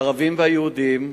הערבים והיהודים,